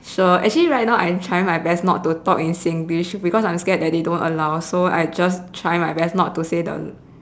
sure actually right now I am trying my best to not talk in Singlish because I'm scared that they don't allow so I just try my best not to say the